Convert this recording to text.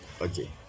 Okay